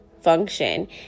function